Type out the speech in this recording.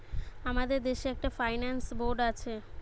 আমাদের দেশে একটা ফাইন্যান্স বোর্ড আছে